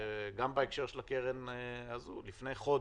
גם בהקשר של הקרן הזאת לפני חודש,